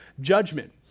judgment